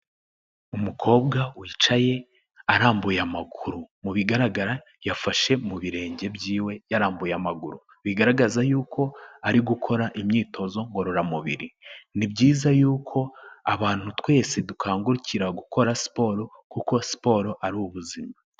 Umukobwa wicaye arambuye amaguru mu bigaragara yafashe mu birenge byiwe yarambuye amaguru, bigaragaza yuko ari gukora imyitozo ngororamubiri, ni byiza yuko abantu twese dukangukira gukora siporo kuko siporo ari ubuzima.